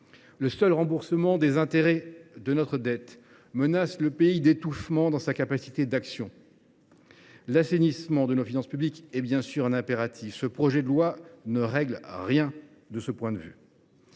le seul remboursement des intérêts menace le pays d’étouffement et obère sa capacité d’action. L’assainissement de nos finances publiques est bien sûr un impératif. Ce projet de loi ne règle rien de ce point de vue.